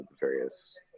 various